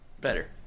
Better